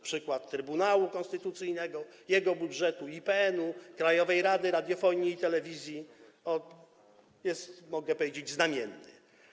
Przykład Trybunału Konstytucyjnego i jego budżetu, IPN, Krajowej Rady Radiofonii i Telewizji jest, mogę powiedzieć, znamienny.